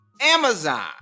Amazon